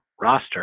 roster